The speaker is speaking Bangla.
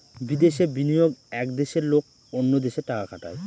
বিদেশে বিনিয়োগ এক দেশের লোক অন্য দেশে টাকা খাটায়